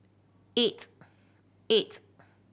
eight eight